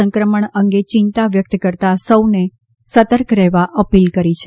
સંક્રમણ અંગે ચિંતા વ્યક્ત કરતાં સૌને સતર્ક રહેવા અપીલ કરી છે